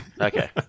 okay